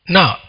Now